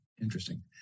interesting